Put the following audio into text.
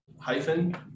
hyphen